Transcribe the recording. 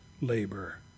labor